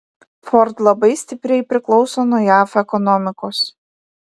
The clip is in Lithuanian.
ford labai stipriai priklauso nuo jav ekonomikos